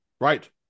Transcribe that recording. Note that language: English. Right